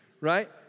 right